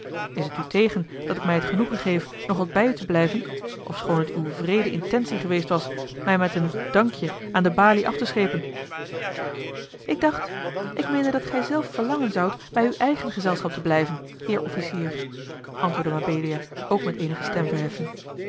is het u tegen dat ik mij het genoegen geef nog wat bij u te blijven ofschoon het uwe wreede intentie geweest was mij met een dankje aan de balie af te schepen osboom oussaint k dacht ik meende dat gij zelf verlangen zoudt bij uw eigen gezelschap te blijven heer officier antwoordde mabelia ook met eenige